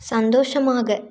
சந்தோஷமாக